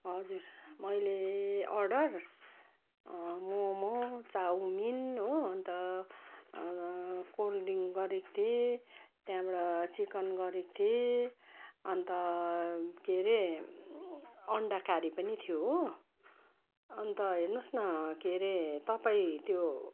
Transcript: हजुर मैले अर्डर मम चाउमिन हो अन्त कोल्ड ड्रिन्क गरेको थिएँ त्यहाँबाट चिकन गरेको थिएँ अन्त के हरे अण्डा करी पनि थियो हो अन्त हेर्नु होस् न के हरे तपाईँ त्यो